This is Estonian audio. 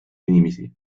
inimesi